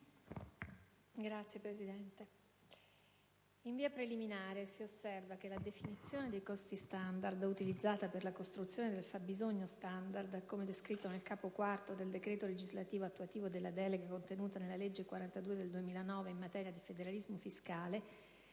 la salute*. In via preliminare si osserva che la definizione dei costi standard utilizzata per la costruzione del fabbisogno standard, come descritto nel capo IV del decreto legislativo attuativo della delega contenuta nella legge n. 42 del 2009 in materia di federalismo fiscale,